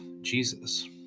Jesus